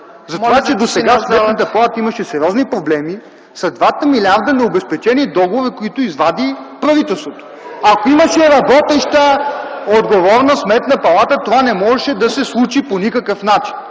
за това, че досега Сметната палата имаше сериозни проблеми, са двата милиарда необезпечени договори, които извади правителството. (Реплики.) Ако имаше работеща, отговорна Сметна палата, това не можеше да се случи по никакъв начин.